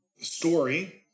story